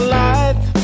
life